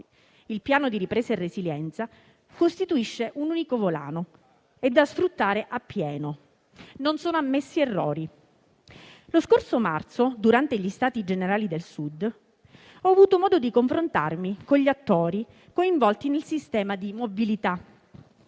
nazionale di ripresa e resilienza costituisce un unico volano da sfruttare appieno e non sono ammessi errori. Lo scorso marzo, durante gli Stati generali del Sud, ho avuto modo di confrontarmi con gli attori coinvolti nel sistema di mobilità,